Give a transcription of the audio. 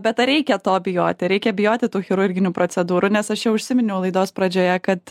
bet ar reikia to bijoti reikia bijoti tų chirurginių procedūrų nes aš jau užsiminiau laidos pradžioje kad